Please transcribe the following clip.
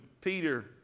Peter